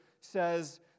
says